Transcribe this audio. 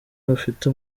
bafite